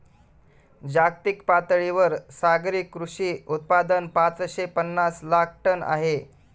जागतिक पातळीवर सागरी कृषी उत्पादन पाचशे पनास लाख टन आहे